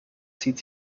zieht